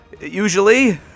Usually